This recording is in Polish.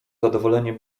zadowolenie